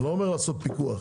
לא אומר לעשות פיקוח,